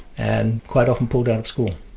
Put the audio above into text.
and quite often pulled out of school.